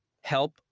help